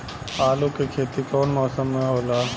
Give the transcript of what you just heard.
आलू के खेती कउन मौसम में होला?